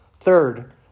Third